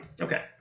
Okay